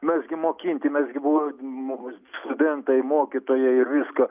mes gi mokinti mes gi buvom studentai mokytojai ir viską